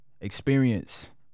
experience